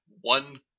One